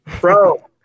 bro